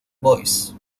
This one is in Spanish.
boys